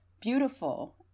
beautiful